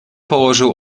położył